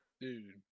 Dude